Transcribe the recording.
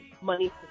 money